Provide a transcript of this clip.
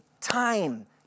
time